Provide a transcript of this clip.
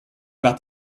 about